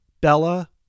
Bella